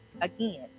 again